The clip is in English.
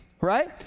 right